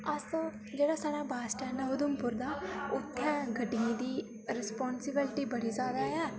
अस जेह्ड़ा साढ़ा बस्स सटैंड ऐ उधमपुर दा उत्थैं गड्डियें दी रिसपांसीविल्टी बड़ी जैदा ऐ